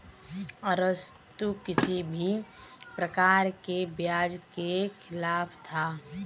अरस्तु किसी भी प्रकार के ब्याज के खिलाफ था